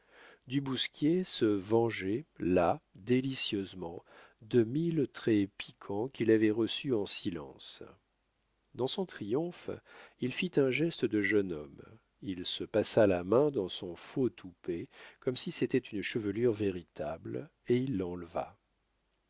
du bousquier se vengeait là délicieusement de mille traits piquants qu'il avait reçus en silence dans son triomphe il fit un geste de jeune homme il se passa la main dans son faux toupet comme si c'était une chevelure véritable et il l'enleva